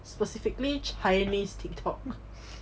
specifically chinese tiktok